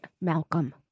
Malcolm